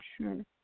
sure